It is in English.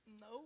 No